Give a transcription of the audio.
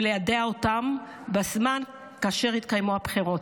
וליידע אותן בזמן כאשר יתקיימו הבחירות.